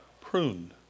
pruned